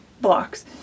blocks